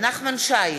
נחמן שי,